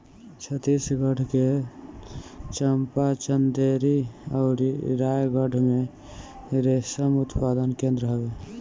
छतीसगढ़ के चंपा, चंदेरी अउरी रायगढ़ में रेशम उत्पादन केंद्र हवे